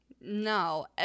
No